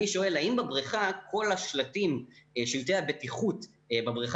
אני שואל האם כל שלטי הבטיחות בבריכה